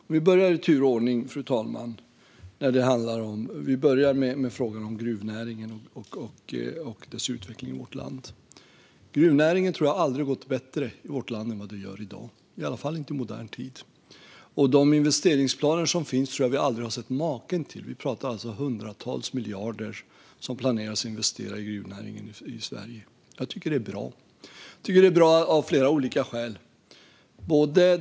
Låt oss börja i tur och ordning, fru talman. Först tar vi frågan om gruvnäringen och dess utveckling i vårt land. Jag tror att gruvnäringen aldrig har gått bättre i vårt land än vad den gör i dag, i alla fall inte i modern tid. De investeringsplaner som finns har vi nog aldrig sett maken till. Vi pratar hundratals miljarder som man planerar att investera i gruvnäringen i Sverige. Jag tycker att det är bra av flera olika skäl.